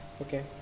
Okay